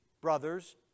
brothers